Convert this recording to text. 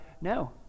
No